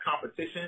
competition